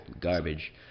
garbage